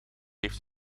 heeft